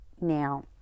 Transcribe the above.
now